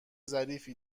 ظریفی